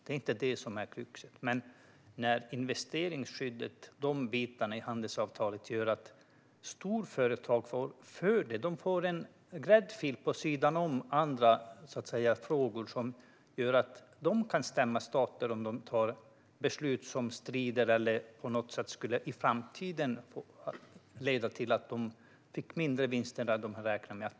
Det är inte det som är kruxet, utan kruxet är det investeringsskydd i handelsavtalet som innebär att storföretag får en fördel, en gräddfil på sidan om, som gör att de kan stämma stater om de tar beslut som på något sätt i framtiden skulle leda till att företagen fick mindre vinster än de räknat med.